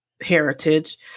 heritage